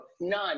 none